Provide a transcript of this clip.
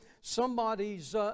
somebody's